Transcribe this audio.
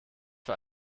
für